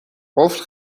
قفل